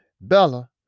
Bella